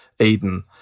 Aiden